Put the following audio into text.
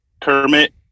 Kermit